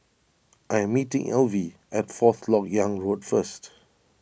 I am meeting Elvie at Fourth Lok Yang Road first